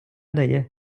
дає